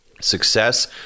Success